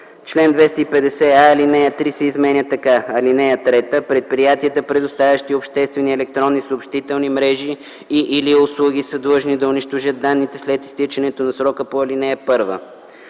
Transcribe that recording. чл. 250а, ал. 3 се изменя така: „(3) Предприятията, предоставящи обществени електронни съобщителни мрежи и/или услуги, са длъжни да унищожат данните след изтичането на срока по ал. 1.”